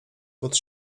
pod